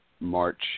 March